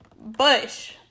Bush